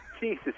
Jesus